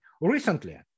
recently